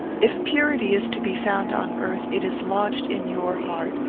if purity is to be found on earth, it is lodged in your heart.